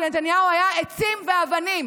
כשלנתניהו היו עצים ואבנים.